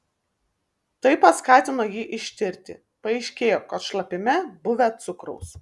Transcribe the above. tai paskatino jį ištirti paaiškėjo kad šlapime buvę cukraus